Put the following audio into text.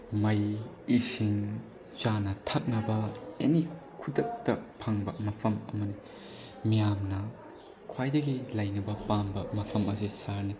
ꯃꯩ ꯏꯁꯤꯡ ꯆꯥꯅ ꯊꯛꯅꯕ ꯑꯦꯅꯤ ꯈꯨꯗꯛꯇ ꯐꯪꯕ ꯃꯐꯝ ꯑꯃꯅꯤ ꯃꯤꯌꯥꯝꯅ ꯈ꯭ꯋꯥꯏꯗꯒꯤ ꯂꯩꯅꯕ ꯄꯥꯝꯕ ꯃꯐꯝ ꯑꯁꯤ ꯁꯍꯔꯅꯤ